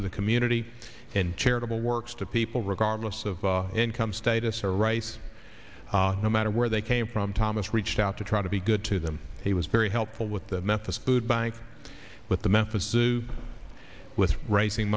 to the community and charitable works to people regardless of income status or rice no matter where they came from thomas reached out to try to be good to them he was very helpful with the methods food bank with the memphis do with raising